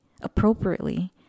appropriately